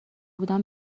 بودم